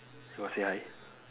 you got say hi